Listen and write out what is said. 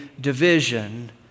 division